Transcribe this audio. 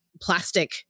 plastic